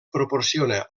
proporciona